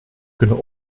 kunnen